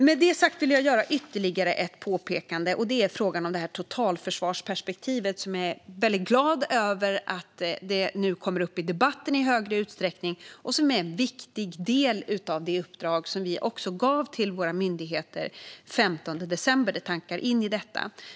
Med det sagt vill jag göra ytterligare ett påpekande, och det gäller frågan om totalförsvarsperspektivet. Jag är väldigt glad över att detta nu kommer upp i debatten i högre utsträckning. Det är en viktig del i det uppdrag som vi gav till våra myndigheter den 15 december; det tankar in i detta.